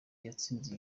yatsinze